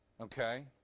okay